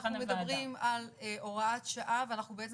אנחנו מדברים על הוראת שעה ואנחנו בעצם